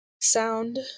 sound